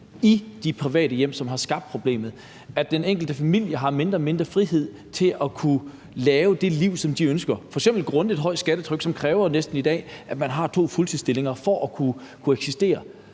i de private hjem, som har skabt problemet. Den enkelte familie har mindre og mindre frihed til at kunne lave det liv, som de ønsker, f.eks. grundet et højt skattetryk, som i dag næsten kræver, at man har to fuldtidsstillinger for at kunne eksistere.